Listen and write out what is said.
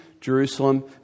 Jerusalem